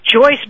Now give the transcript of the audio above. Joyce